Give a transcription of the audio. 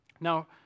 Now